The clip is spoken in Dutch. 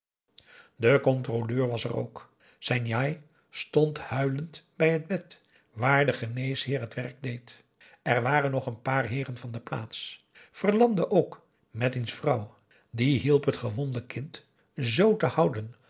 de controleur was er ook zijn njai stond huilend bij het bed waar de geneesheer het werk deed er waren nog een paar heeren van de plaats verlande ook met diens vrouw die hielp het gewonde kind zoo te houden